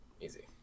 easy